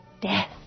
Death